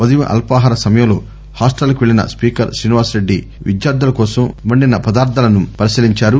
ఉదయం అల్పాహార సమయంలో హాస్టల్కు వెళ్లిన స్పీకర్ శ్రీనివాస్రెడ్డి విద్యార్థినులకోసం వండిన పదార్థాలను పరిశీలించారు